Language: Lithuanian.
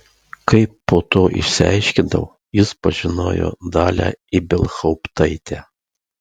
kaip po to išsiaiškinau jis pažinojo dalią ibelhauptaitę